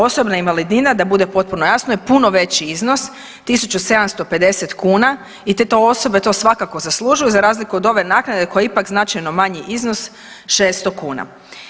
Osobna invalidnina da bude potpuno jasno je puno veći iznos 1.750 kuna i to te osobe svakako zaslužuju za razliku od ove naknade koja je ipak značajno manji iznos 600 kuna.